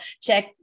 check